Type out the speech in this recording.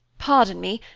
pardon me.